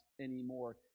anymore